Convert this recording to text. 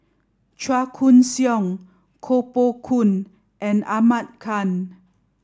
Chua Koon Siong Koh Poh Koon and Ahmad Khan